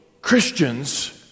Christians